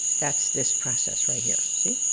that's this process right here, see?